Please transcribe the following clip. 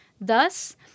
Thus